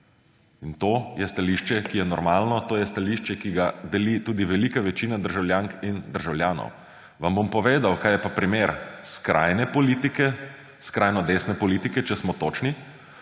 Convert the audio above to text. To je stališče, ki je normalno, to je stališče, ki ga deli tudi velika večina državljank in državljanov. Vam bom povedal, kaj je pa primer skrajne politike, skrajno desne politike, če smo točni;